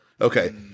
Okay